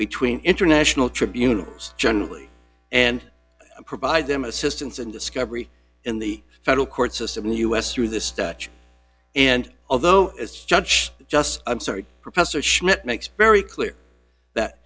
between international tribunal generally and provide them assistance in discovery in the federal court system in the us through the statute and although as judge just i'm sorry professor schmidt makes very clear that